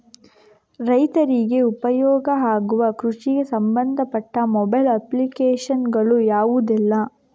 ರೈತರಿಗೆ ಉಪಯೋಗ ಆಗುವ ಕೃಷಿಗೆ ಸಂಬಂಧಪಟ್ಟ ಮೊಬೈಲ್ ಅಪ್ಲಿಕೇಶನ್ ಗಳು ಯಾವುದೆಲ್ಲ?